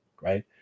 right